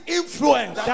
influence